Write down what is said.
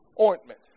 ointment